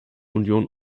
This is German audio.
union